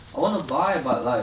I want to buy but like